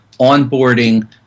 onboarding